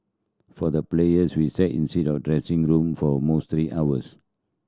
for the players we sat inside of dressing room for almost three hours